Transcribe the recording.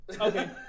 Okay